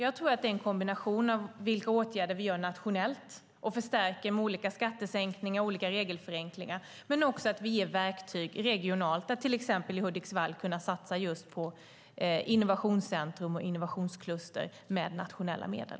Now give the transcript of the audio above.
Jag tror att det är en kombination av vilka åtgärder vi vidtar nationellt, som vi förstärker med olika skattesänkningar och regelförenklingar, och vilka verktyg vi ger regionalt. Man har till exempel i Hudiksvall kunnat satsa på ett innovationscentrum och ett innovationskluster med nationella medel.